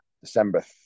December